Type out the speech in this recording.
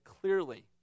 clearly